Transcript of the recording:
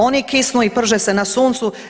Oni kisnu i prže se na suncu.